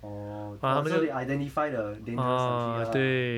orh oh so they identify the dangerous country ah